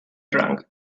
trunk